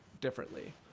differently